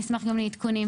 אשמח גם לעדכונים.